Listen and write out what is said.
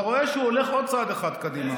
אתה רואה שהוא הולך עוד צעד אחד קדימה.